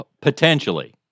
Potentially